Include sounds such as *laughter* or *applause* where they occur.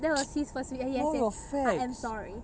*noise* know your facts